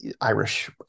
Irish